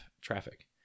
traffic